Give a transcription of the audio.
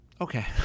Okay